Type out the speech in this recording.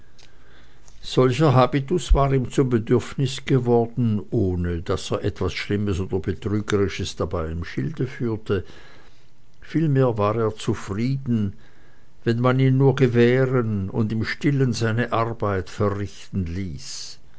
solcher habitus war ihm zum bedürfnis geworden ohne daß er etwas schlimmes oder betrügerisches dabei im schilde führte vielmehr war er zufrieden wenn man ihn nur gewähren und im stillen seine arbeit verrichten ließ